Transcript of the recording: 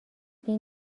این